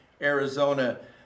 Arizona